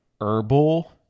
herbal